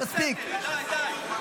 בסדר, בסדר, די, די.